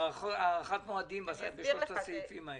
הארכת המועדים הזאת בשלושת הסעיפים האלה?